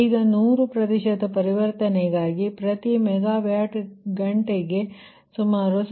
ಈಗ 100 ಪ್ರತಿಶತ ಪರಿವರ್ತನೆಗಾಗಿ ಪ್ರತಿ ಮೆಗಾ ವ್ಯಾಟ್ ಗಂಟೆಗೆ ಸುಮಾರು 0